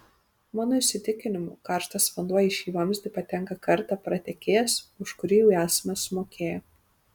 mano įsitikinimu karštas vanduo į šį vamzdį patenka kartą pratekėjęs už kurį jau esame sumokėję